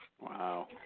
Wow